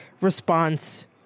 response